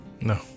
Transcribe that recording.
No